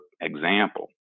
example